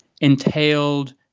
entailed